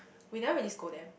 we never really scold them